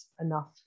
enough